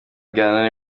ghana